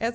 a